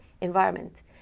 environment